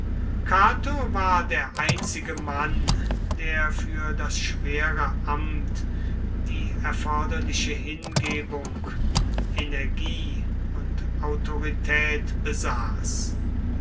cato war der einzige mann der für das schwere amt die erforderliche hingebung energie und autorität besaß